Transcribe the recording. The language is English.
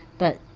but